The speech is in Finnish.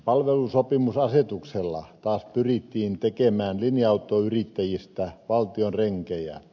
palvelusopimusasetuksella taas pyrittiin tekemään linja autoyrittäjistä valtion renkejä